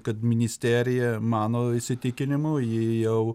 kad ministerija mano įsitikinimu ji jau